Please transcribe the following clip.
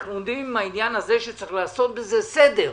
אנחנו עומדים על העניין הזה שצריך לעשות בזה סדר.